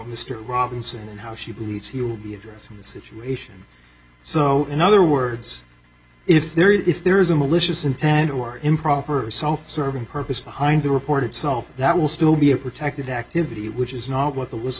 state robinson and how she believes he will be addressing the situation so in other words if there is if there is a malicious intent or improper or self serving purpose behind the report itself that will still be a protected activity which is not what the whistle